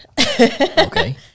Okay